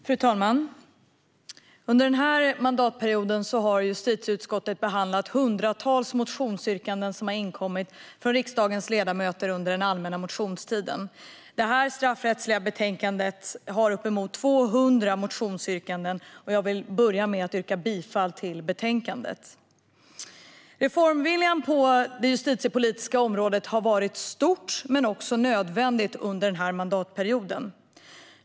Fru talman! Under den här mandatperioden har justitieutskottet behandlat hundratals motionsyrkanden som har inkommit från riksdagens ledamöter under den allmänna motionstiden. Detta straffrättsliga betänkande har uppemot 200 motionsyrkanden. Jag vill börja med att yrka bifall till förslaget i betänkandet. Reformviljan på det justitiepolitiska området har under mandatperioden varit stor men också nödvändig.